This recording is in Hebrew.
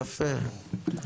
יפה.